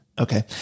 Okay